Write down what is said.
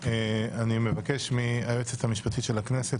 אבקש מהיועצת המשפטית של הכנסת,